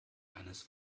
eines